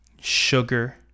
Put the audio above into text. sugar